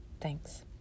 Thanks